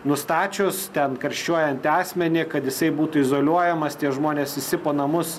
nustačius ten karščiuojantį asmenį kad jisai būtų izoliuojamas tie žmonės visi po namus